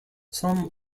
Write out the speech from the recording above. some